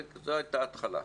זו הייתה ההתחלה.